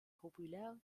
populaire